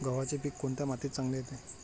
गव्हाचे पीक कोणत्या मातीत चांगले येते?